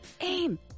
Aim